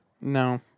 No